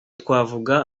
twavuga